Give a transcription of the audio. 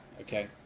Okay